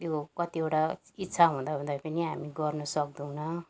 त्यो कतिवटा इच्छा हुँदा हुँदै पनि हामी गर्नु सक्दैनौँ